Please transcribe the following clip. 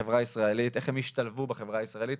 לחברה הישראלית ואיך הם ישתלבו בחברה הישראלית.